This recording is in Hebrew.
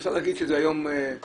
אפשר להגיד שהיום זה